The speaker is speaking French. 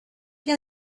bien